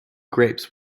grapes